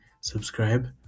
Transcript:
subscribe